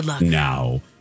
now